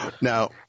Now